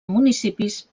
municipis